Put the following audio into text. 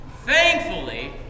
Thankfully